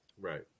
Right